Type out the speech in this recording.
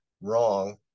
wrong